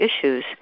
issues